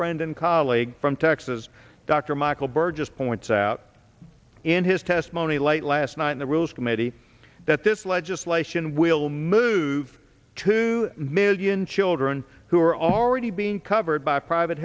friend and laig from texas dr michael burgess points out in his testimony late last night in the rules committee that this legislation will move two million children who are already being covered by private